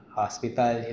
hospital